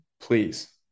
Please